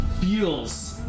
feels